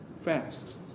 fast